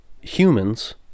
humans